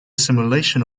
simulation